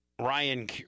Ryan